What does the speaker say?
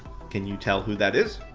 can you tell who that is?